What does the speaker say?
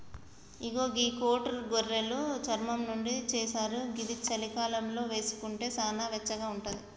ఇగో గీ కోటు గొర్రెలు చర్మం నుండి చేశారు ఇది చలికాలంలో వేసుకుంటే సానా వెచ్చగా ఉంటది